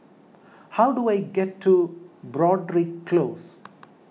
how do I get to Broadrick Close